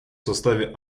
составе